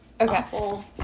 Okay